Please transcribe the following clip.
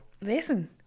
Listen